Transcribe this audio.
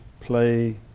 play